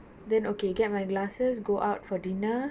then okay get my glasses go out for dinner